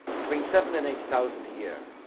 between seven and eight thousand a year.